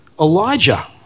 Elijah